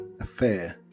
affair